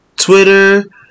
Twitter